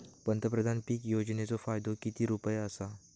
पंतप्रधान पीक योजनेचो फायदो किती रुपये आसा?